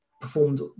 performed